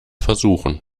versuchen